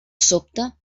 sobte